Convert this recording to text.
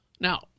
Now